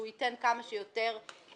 שהוא ייתן כמה שיותר לאנשים.